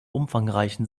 umfangreichen